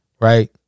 Right